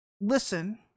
listen